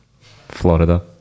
Florida